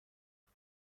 زدم